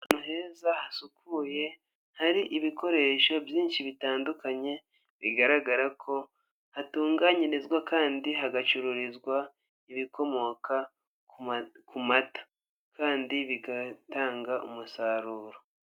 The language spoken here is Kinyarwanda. Ahantu heza hasukuye hari ibikoresho byinshi bitandukanye, bigaragara ko hatunganyirizwa kandi hagacururizwa ibikomoka ku mata kandi bigatanga umusaruro.